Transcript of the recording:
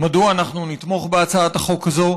מדוע אנחנו נתמוך בהצעת החוק הזאת.